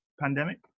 pandemic